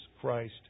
Christ